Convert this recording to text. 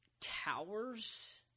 towers